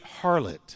harlot